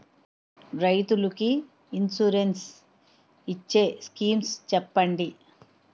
రైతులు కి ఇన్సురెన్స్ ఇచ్చే స్కీమ్స్ చెప్పండి?